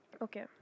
Okay